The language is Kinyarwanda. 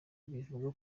bivuga